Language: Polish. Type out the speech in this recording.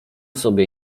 sobie